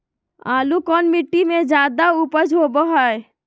आलू कौन मिट्टी में जादा ऊपज होबो हाय?